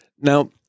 Now